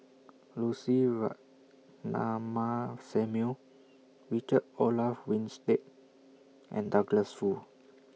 Lucy Ratnammah Samuel Richard Olaf Winstedt and Douglas Foo